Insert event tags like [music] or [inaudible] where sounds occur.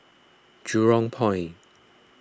[noise] Jurong Point